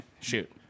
shoot